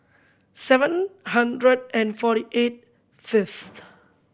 seven hundred and forty eight first